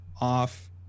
off